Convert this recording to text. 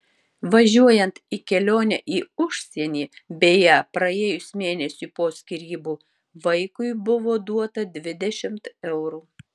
važiuojant į kelionę į užsienį beje praėjus mėnesiui po skyrybų vaikui buvo duota dvidešimt eurų